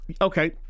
Okay